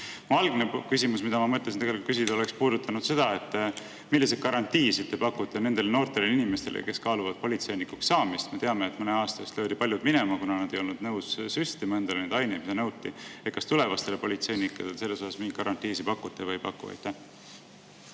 Algne küsimus, mida ma mõtlesin tegelikult küsida, oleks puudutanud seda, milliseid garantiisid te pakute nendele noortele inimestele, kes kaaluvad politseinikuks saamist. Me teame, et mõne aasta eest löödi paljud minema, kuna nad ei olnud nõus süstima endale neid aineid, mille süstimist nõuti. Kas tulevastele politseinikele te selles asjas mingeid garantiisid pakute või ei paku?